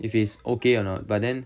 if he's okay or not but then